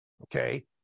Okay